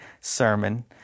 sermon